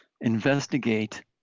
investigate